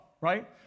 right